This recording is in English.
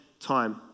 time